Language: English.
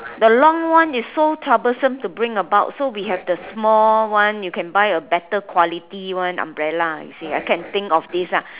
the long one is so troublesome to bring about so we have the small one you can buy a better quality one umbrella I can think of this ah